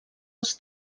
als